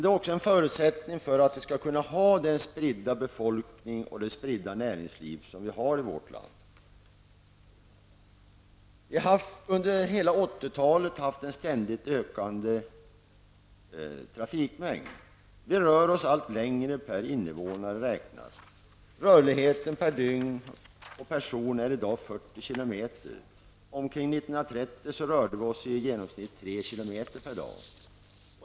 Det är också en förutsättning för att vi skall kunna ha den utspridda befolkning och det spridda näringsliv som vi för närvarande har i vårt land. Under hela 1980-talet har vi haft en ständigt växande trafik. Vi rör oss allt längre räknat per invånare. Rörligheten per dygn och person är i dag 40 km. År 1930 rörde vi oss i genomsnitt bara 3 km/ddag.